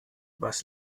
was